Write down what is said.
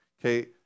Okay